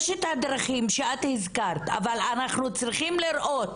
יש את הדרכים שהזכרת, אבל אנחנו צריכים לראות